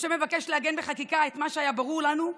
משה מבקש לעגן בחקיקה את מה שהיה מובן מאליו לנו,